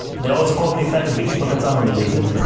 they also called me fat a b h, but that's unrelated.